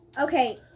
Okay